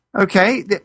Okay